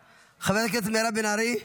חברת הכנסת מירב בן ארי,